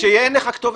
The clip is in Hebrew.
כשאין לך כתובת,